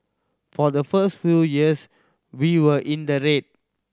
for the first few years we were in the red